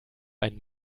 ein